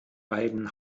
beiden